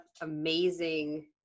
amazing